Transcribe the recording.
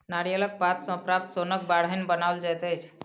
नारियलक पात सॅ प्राप्त सोनक बाढ़नि बनाओल जाइत अछि